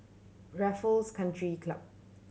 Raffles Country Club